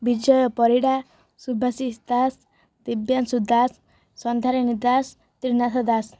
Bijay Parida Subhashish Das Dibyanshu Das Sandhyarani Das Trinath Das